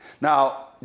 Now